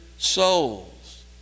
souls